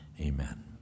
Amen